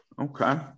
Okay